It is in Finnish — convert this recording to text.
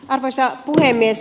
arvoisa puhemies